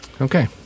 Okay